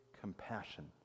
compassion